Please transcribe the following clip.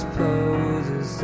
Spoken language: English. poses